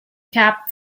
cap